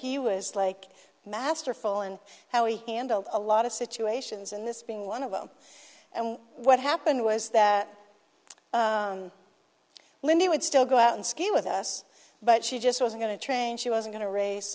he was like masterful and how he handled a lot of situations and this being one of them and what happened was that lindy would still go out and ski with us but she just was going to train she was going to race